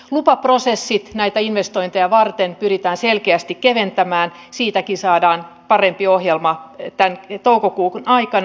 lupaprosesseja näitä investointeja varten pyritään selkeästi keventämään siitäkin saadaan parempi ohjelma tämän toukokuun aikana